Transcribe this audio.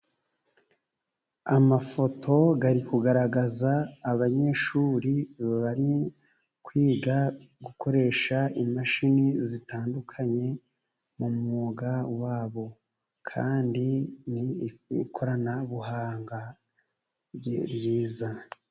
Amafoto ari kugaragaza abanyeshuri, bari kwiga gukoresha imashini zitandukanye, mu mwuga wabo. kandi ni ikoranabuhanga ryiza.